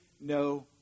no